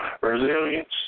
Resilience